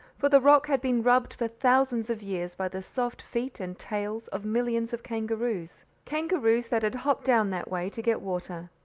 for the rock had been rubbed for thousands of years by the soft feet and tails of millions of kangaroos kangaroos that had hopped down that way to get water.